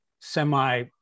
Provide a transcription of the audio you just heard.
semi